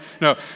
No